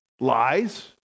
lies